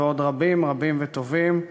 ועוד רבים-רבים וטובים,